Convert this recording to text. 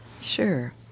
Sure